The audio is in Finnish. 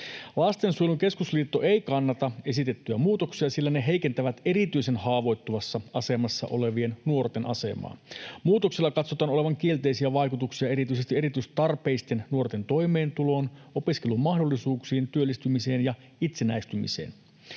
”Lastensuojelun Keskusliitto ei kannata esitettyjä muutoksia, sillä ne heikentävät erityisen haavoittuvassa asemassa olevien nuorten asemaa.” Muutoksella katsotaan olevan kielteisiä vaikutuksia erityisesti ”erityistarpeisten nuorten toimeentuloon, opiskelumahdollisuuksiin, työllistymiseen ja itsenäistymiseen”.